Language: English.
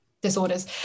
disorders